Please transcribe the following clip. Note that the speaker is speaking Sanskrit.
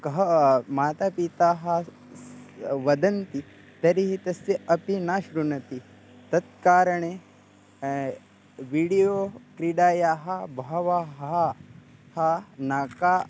कः माता पिता स् वदन्ति तर्हि तस्य अपि न शृणोति तत्कारणेन वीडियो क्रीडायाः बहवः ह नाका